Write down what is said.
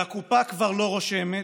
והקופה כבר לא רושמת,